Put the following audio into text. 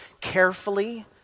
carefully